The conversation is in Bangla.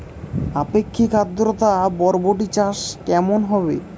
আপেক্ষিক আদ্রতা বরবটি চাষ কেমন হবে?